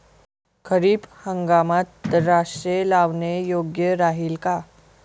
खरीप हंगामात द्राक्षे लावणे योग्य राहिल का?